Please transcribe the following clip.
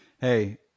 Hey